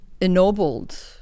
ennobled